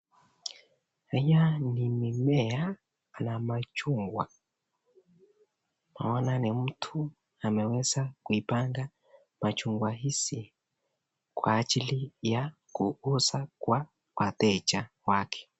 Haya ni mmea wa machungwa, naona ni mtu anaweza kuipanda machungwa hizi kwa ajili ya kuuza kwa wateja wake.